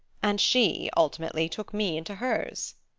and she ultimately took me into hers.